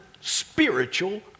spiritual